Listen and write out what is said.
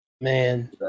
Man